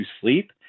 sleep